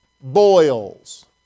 Boils